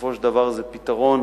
בסופו של דבר זה פתרון